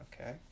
Okay